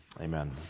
Amen